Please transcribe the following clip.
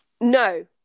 no